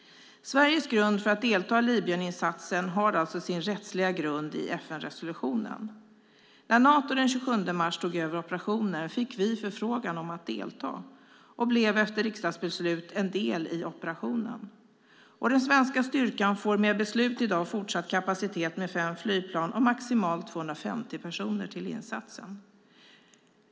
Sveriges grund för att delta i Libyeninsatsen har alltså sin rättsliga grund i FN resolutionen. När Nato den 27 mars tog över operationen fick vi förfrågan om att delta och blev efter riksdagsbeslut en del i operationen. Den svenska styrkan får med beslut i dag fortsatt kapacitet med fem flygplan och maximalt 250 personer till insatsen.